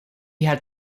had